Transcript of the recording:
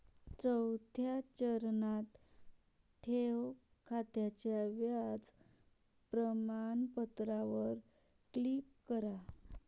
चौथ्या चरणात, ठेव खात्याच्या व्याज प्रमाणपत्रावर क्लिक करा